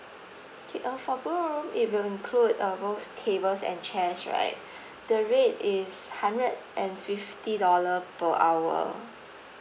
okay uh for ballroom it will include uh both tables and chairs right the rate is hundred and fifty dollar per hour